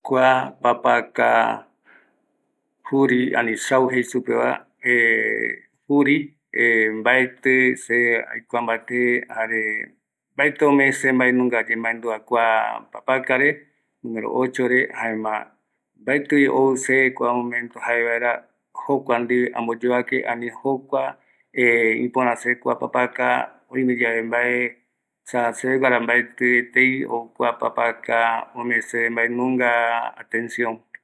Kua Papaka juri ani sau jei supeva juri mbaetï se aikua mbate jare mbaetï ome seve maedunga yemaendua kua papakare, número ochore, jaema mbaetivi ou seve kua momento jaevaera jokua ndive ambo yovake, ani jokua ïpörä seve kua papaka oime yave mbae, esa seve guara mbaetïeti ou kua papaka ome seve maenunga atencion.